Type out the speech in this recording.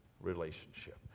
relationship